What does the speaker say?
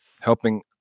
helping